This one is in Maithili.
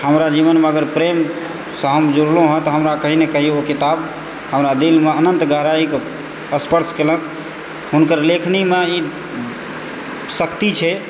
हमरा जीवनमे अगर प्रेमसँ हम जुड़लहुँ हँ तऽ हमरा कतहुँ ने कतहुँ ओ किताब हमरा दिलमे अनन्त गहराइके स्पर्श केलक हुनकर लेखनीमे ई शक्ति छै